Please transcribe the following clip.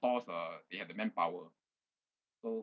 stores uh they have the manpower so